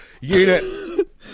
Unit